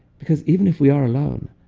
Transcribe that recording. because even if we are alone,